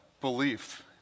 belief